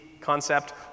concept